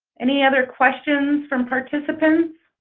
any other questions from participants